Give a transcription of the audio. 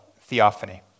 theophany